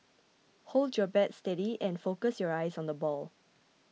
hold your bat steady and focus your eyes on the ball